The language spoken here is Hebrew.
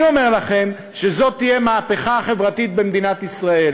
אני אומר לכם שזאת תהיה מהפכה חברתית במדינת ישראל,